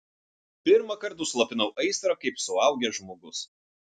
pirmąkart užslopinau aistrą kaip suaugęs žmogus